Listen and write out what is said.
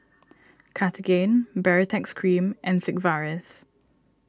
Cartigain Baritex Cream and Sigvaris